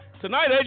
Tonight